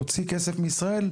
להוציא כסף מישראל,